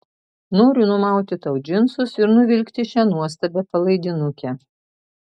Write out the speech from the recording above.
noriu numauti tau džinsus ir nuvilkti šią nuostabią palaidinukę